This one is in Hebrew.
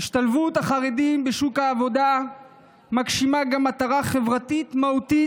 "השתלבות החרדים בשוק העבודה מגשימה גם מטרה חברתית מהותית